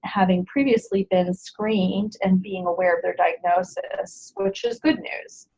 having previously been screened and being aware of their diagnosis, which is good news.